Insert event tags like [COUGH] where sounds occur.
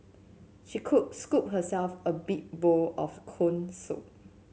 she [UNINTELLIGIBLE] scooped herself a big bowl of corn soup